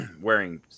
Wearing